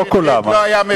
לא כולם.